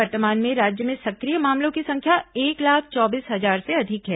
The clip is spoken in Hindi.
वर्तमान में राज्य में सक्रिय मामलों की संख्या एक लाख चौबीस हजार से अधिक है